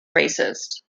racist